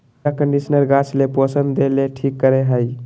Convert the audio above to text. मृदा कंडीशनर गाछ ले पोषण देय ले ठीक करे हइ